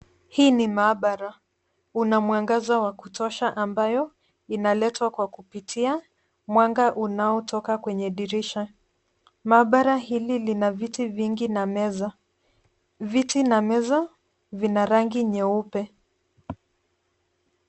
Hii ni maabara una mwangaza wa kutosha ambayo inaletwa kwa kupitia mwanga unaotoka kwenye dirisha. Maabara hili lina viti vingi na meza. Viti na meza vina rangi nyeupe.